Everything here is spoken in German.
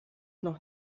noch